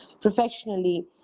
professionally